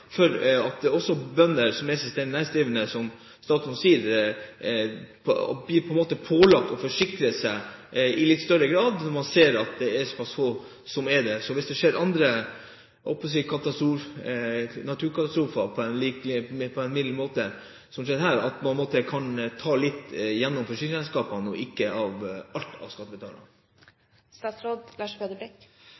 for at også bønder – som er selvstendig næringsdrivende, som statsråden sier – på en måte blir pålagt å forsikre seg i litt større grad når man ser at det er såpass få som er det, slik at man hvis det skjer andre, jeg holdt på å si, milde naturkatastrofer, som det som har skjedd her, kan ta litt gjennom forsikringsselskapene og ikke alt av skattebetalerne?